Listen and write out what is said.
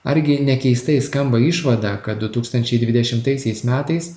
argi ne keistai skamba išvada kad du tūkstančiai dvidešimtaisiais metais